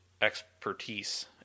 expertise